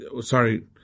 sorry